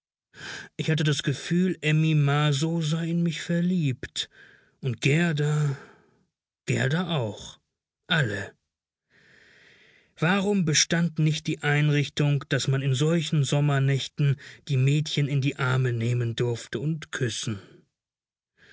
ich hatte das gefühl emmy marsow sei in mich verliebt und gerda gerda auch alle warum bestand nicht die einrichtung daß man in solchen sommernächten die mädchen in die arme nehmen durfte und küssen